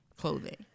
clothing